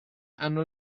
hanno